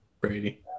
Brady